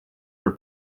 were